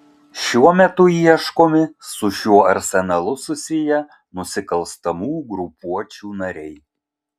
šiuo metu ieškomi su šiuo arsenalu susiję nusikalstamų grupuočių nariai